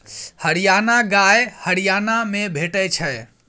हरियाणा गाय हरियाणा मे भेटै छै